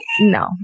no